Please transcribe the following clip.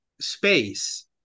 space